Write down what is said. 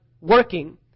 working